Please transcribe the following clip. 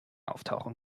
auftauchen